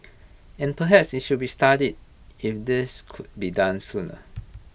but perhaps IT should be studied if this could be done sooner